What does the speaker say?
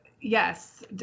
yes